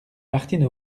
martine